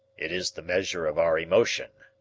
it is the measure of our emotion,